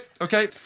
okay